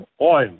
oil